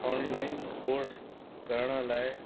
online course करण लाइ